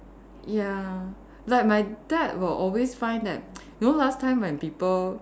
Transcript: ya like my dad will always find that you know last time when people